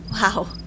Wow